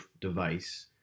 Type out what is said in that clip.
device